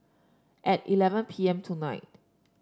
at eleven P M tonight